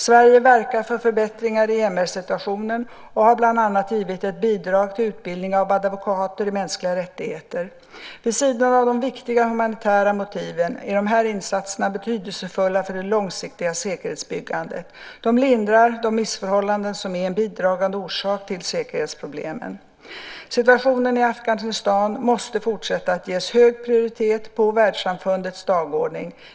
Sverige verkar för förbättringar i MR-situationen och har bland annat givit ett bidrag till utbildning av advokater i mänskliga rättigheter. Vid sidan av de viktiga humanitära motiven är dessa insatser betydelsefulla för det långsiktiga säkerhetsbyggandet. De lindrar de missförhållanden som är en bidragande orsak till säkerhetsproblemen. Situationen i Afghanistan måste fortsätta att ges hög prioritet på världssamfundets dagordning.